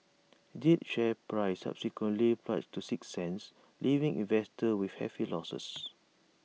jade's share price subsequently plunged to six cents leaving investors with hefty losses